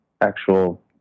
actual